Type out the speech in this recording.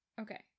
Okay